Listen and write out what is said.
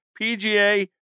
PGA